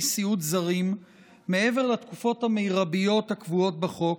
סיעוד זרים מעבר לתקופות המרביות הקבועות בחוק